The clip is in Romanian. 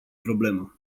problemă